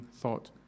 thought